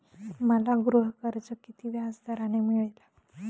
मला गृहकर्ज किती व्याजदराने मिळेल?